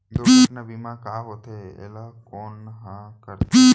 दुर्घटना बीमा का होथे, एला कोन ह करथे?